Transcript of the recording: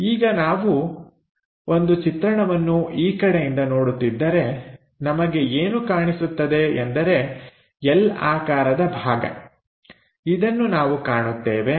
ಈಗ ನಾವು ಒಂದು ಚಿತ್ರಣವನ್ನು ಈ ಕಡೆಯಿಂದ ನೋಡುತ್ತಿದ್ದರೆ ನಮಗೆ ಏನು ಕಾಣಿಸುತ್ತದೆ ಎಂದರೆ L ಆಕಾರದ ಭಾಗ ಇದನ್ನು ನಾವು ಕಾಣುತ್ತೇವೆ